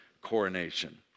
coronation